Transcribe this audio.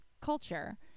culture